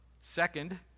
Second